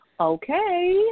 Okay